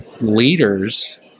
leaders